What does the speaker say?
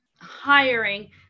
hiring